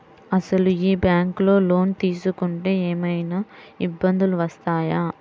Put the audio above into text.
అసలు ఈ బ్యాంక్లో లోన్ తీసుకుంటే ఏమయినా ఇబ్బందులు వస్తాయా?